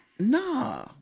Nah